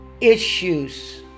issues